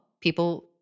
People